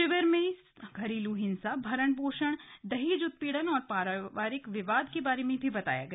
शिविर में घरेलू हिंसा भरण पोषण दहेज उत्पीड़न और पारिवारिक विवाद के बारे में भी बताया गया